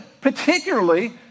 particularly